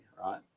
right